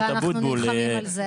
אנחנו נלחמים על זה.